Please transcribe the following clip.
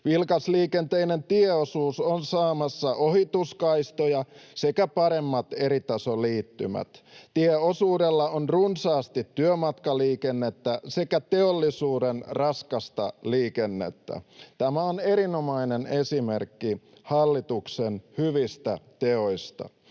Vilkasliikenteinen tieosuus on saamassa ohituskaistoja sekä paremmat eritasoliittymät. Tieosuudella on runsaasti työmatkaliikennettä sekä teollisuuden raskasta liikennettä. Tämä on erinomainen esimerkki hallituksen hyvistä teoista.